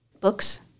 books